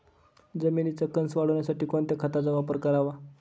जमिनीचा कसं वाढवण्यासाठी कोणत्या खताचा वापर करावा?